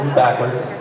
backwards